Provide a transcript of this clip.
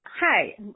Hi